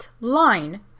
line